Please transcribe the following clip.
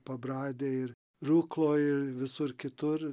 pabradėj ir rukloj ir visur kitur